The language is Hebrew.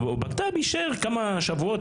או בקת"ב יישאר כמה שבועות,